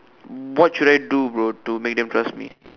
what should I do bro to make them trust me